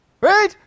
right